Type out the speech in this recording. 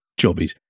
jobbies